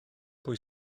pwy